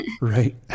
Right